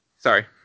sorry